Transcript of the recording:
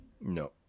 No